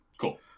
Cool